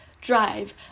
drive